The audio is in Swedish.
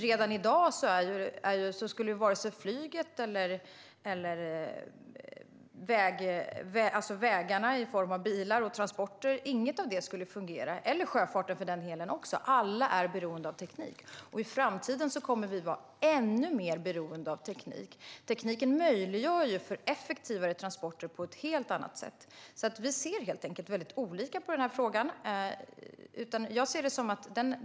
Redan i dag skulle inte vare sig flyget eller vägarna i form av bilar eller transporter fungera - eller sjöfarten, för den delen. Alla är beroende av teknik. I framtiden kommer vi att vara ännu mer beroende av teknik. Tekniken gör det på ett helt annat sätt möjligt att få effektivare transporter. Vi ser helt enkelt mycket olika på frågan.